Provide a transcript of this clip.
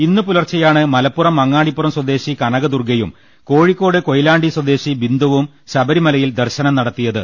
ഇന്നു പുലർച്ചെയാണ് മലപ്പുറം അങ്ങാടിപ്പുറം സ്വദേശി കനകദുർഗ്ഗയും കോഴിക്കോട് കൊയിലാണ്ടി സ്വദേശി ബിന്ദുവും ശബരി മലയിൽ ദർശനം നടത്തിയത്